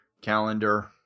calendar